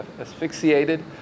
asphyxiated